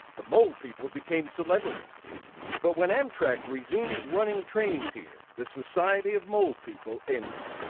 the mole people became celebrities but when amtrak resumed running trains here the society of mole people ended.